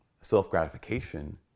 self-gratification